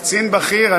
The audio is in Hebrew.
קצין בכיר.